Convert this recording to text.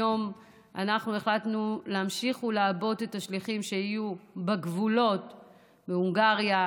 היום אנחנו החלטנו להמשיך ולעבות את השליחים שיהיו בגבולות בהונגריה,